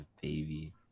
baby